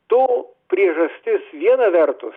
to priežastis viena vertus